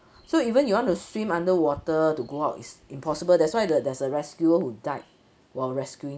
so even you want to swim underwater to go out it's impossible that's why the there's a rescuer who died while rescuing